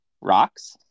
Rocks